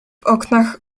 oknach